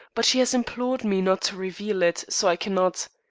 but she has implored me not to reveal it, so i cannot.